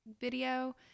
video